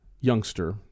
youngster